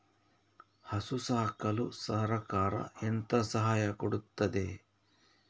ಹಸು ಸಾಕಲು ಸರಕಾರ ಎಂತ ಸಹಾಯ ಕೊಡುತ್ತದೆ?